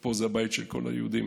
פה זה הבית של כל היהודים,